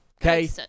okay